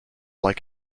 like